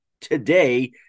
today